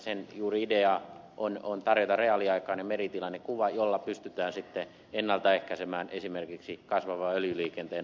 sen idea on juuri tarjota reaaliaikainen meritilannekuva jolla pystytään ennalta ehkäisemään esimerkiksi kasvavan öljyliikenteen aiheuttamat onnettomuusuhat